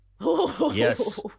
Yes